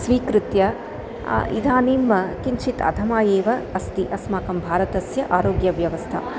स्वीकृत्य इदानीं किञ्चित् अधमाः एव अस्ति अस्माकं भारतस्य आरोग्यव्यवस्था